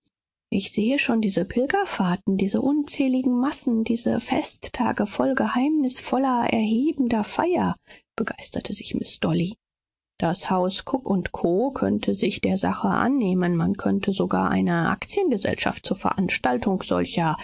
ich sehe schon diese pilgerfahrten diese unzähligen massen diese festtage voll geheimnisvoller erhebender feier begeisterte sich miß dolly das haus cook co könnte sich der sache annehmen man könnte sogar eine aktiengesellschaft zur veranstaltung solcher